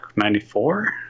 94